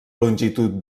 longitud